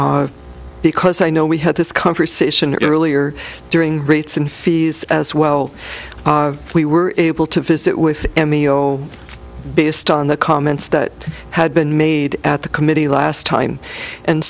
also because i know we had this conversation earlier during rates and fees as well we were able to visit with emil based on the comments that had been made at the committee last time and